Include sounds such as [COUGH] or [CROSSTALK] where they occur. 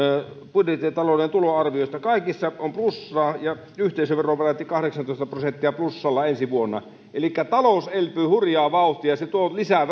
budjettitalouden tuloarviosta kaikissa on plussaa ja yhteisövero on peräti kahdeksantoista prosenttia plussalla ensi vuonna elikkä talous elpyy hurjaa vauhtia se tuo lisää [UNINTELLIGIBLE]